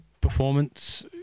performance